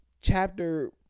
chapter